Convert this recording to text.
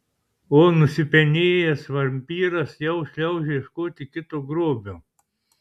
o nusipenėjęs vampyras jau šliaužia ieškoti kito grobio